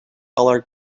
other